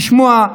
לשמוע,